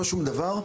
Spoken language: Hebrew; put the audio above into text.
לא שום דבר,